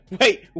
wait